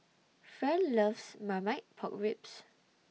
Fern loves Marmite Pork Ribs